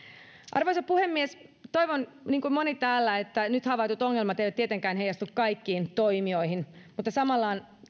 arvoisa puhemies toivon niin kuin moni täällä että nyt havaitut ongelmat eivät tietenkään heijastu kaikkiin toimijoihin mutta samalla on